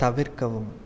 தவிர்க்கவும்